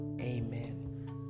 Amen